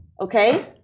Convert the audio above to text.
okay